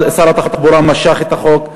שר התחבורה משך את החוק.